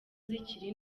zikiri